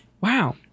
Wow